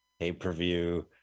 pay-per-view